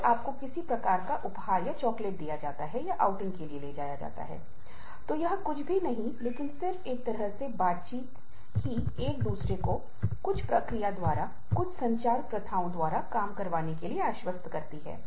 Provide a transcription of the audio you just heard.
क्षमा करें क्षतिपूर्ति मॉडल बोलता है कि एक डोमेन में संतुष्टि दूसरे डोमेन में संतुष्टि द्वारा मुआवजा देगी